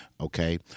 Okay